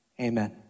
Amen